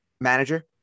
manager